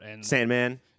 Sandman